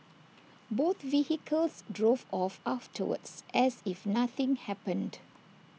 both vehicles drove off afterwards as if nothing happened